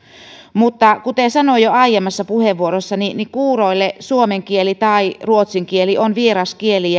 mutta kuten sanoin jo aiemmassa puheenvuorossani kuuroille suomen kieli tai ruotsin kieli on vieras kieli